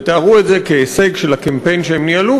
ותיארו את זה כהישג של הקמפיין שהם ניהלו,